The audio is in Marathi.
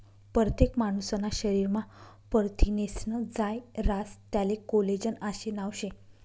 परतेक मानूसना शरीरमा परथिनेस्नं जायं रास त्याले कोलेजन आशे नाव शे